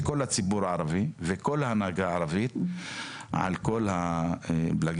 שכל הציבור הערבי וכל ההנהגה הערבית על כל הפלגים,